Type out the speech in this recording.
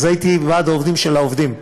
אז הייתי ועד העובדים של העובדים,